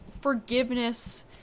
forgiveness